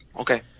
Okay